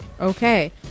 Okay